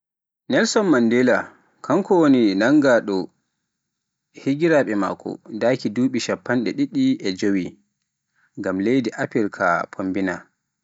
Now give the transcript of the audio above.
Nelson Mandela kanko nannga daaki joɗi duɓi shappanɗe ɗiɗi e jeewi, ngam leydi Afrika fombina.